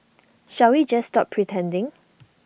shall we just stop pretending